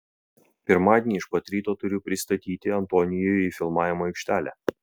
pirmadienį iš pat ryto turiu prisistatyti antonijui į filmavimo aikštelę